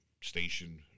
station